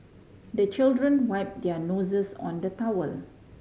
the children wipe their noses on the towel